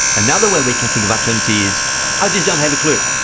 another way we can think of uncertainty is i just don't have a clue.